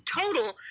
total